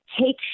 take